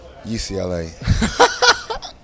UCLA